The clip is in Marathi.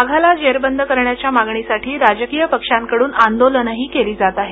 वाघाला जेरबंद करण्याच्या मागणीसाठी राजकीय पक्षांकडून आंदोलनंही केली जात आहेत